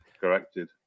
corrected